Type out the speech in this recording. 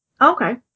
Okay